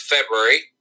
February